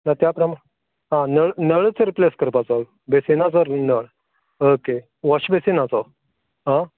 त त्या प्रम आ नळ नळच रिप्लेस करपाचो बेसिनाचो नळ ओके वॉश बेसिनाचो आ